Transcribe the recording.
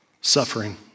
suffering